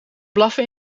blaffen